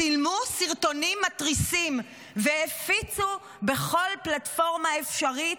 צילמו סרטונים מתריסים והפיצו בכל פלטפורמה אפשרית,